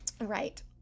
Right